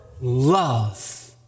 love